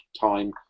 time